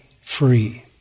free